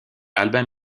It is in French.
albin